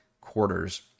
quarters